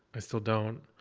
i still don't.